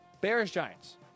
Bears-Giants